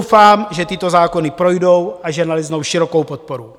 Doufám, že tyto zákony projdou a že naleznou širokou podporu.